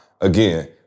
again